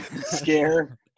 scare